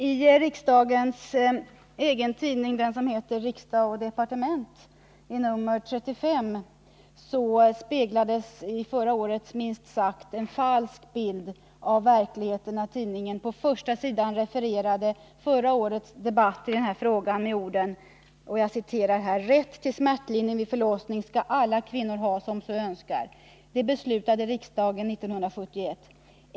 I nr 35 år 1978 av riksdagens egen tidning Från Riksdag & Departement speglades minst sagt en falsk bild av verkligheten när tidningen på första sidan refererade förra årets debatt i denna fråga med orden: ”Rätt till smärtlindring vid förlossning skall alla kvinnor ha som så önskar. Det beslutade riksdagen 1971.